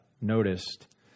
noticed